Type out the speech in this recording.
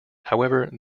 however